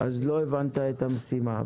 לא הבנת את המשימה.